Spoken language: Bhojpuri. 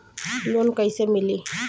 लोन कइसे मिली?